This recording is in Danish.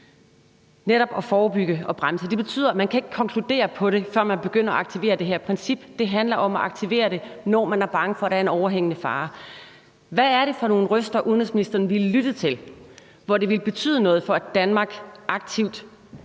etnisk udrensning, og det betyder, at man ikke kan konkludere på det, før man begynder at aktivere det her princip. Det handler om at aktivere det, når man er bange for, at der er en overhængende fare. Hvad er det for nogle røster, udenrigsministeren ville lytte til, hvor det ville betyde noget for, at Danmark aktivt